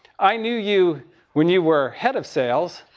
i knew you when you were head of sales,